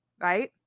Right